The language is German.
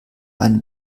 einen